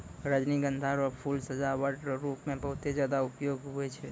रजनीगंधा रो फूल सजावट रो रूप मे बहुते ज्यादा उपयोग हुवै छै